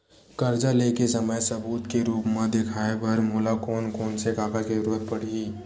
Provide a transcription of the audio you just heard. कर्जा ले के समय सबूत के रूप मा देखाय बर मोला कोन कोन से कागज के जरुरत पड़ही?